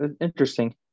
interesting